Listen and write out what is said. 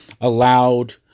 allowed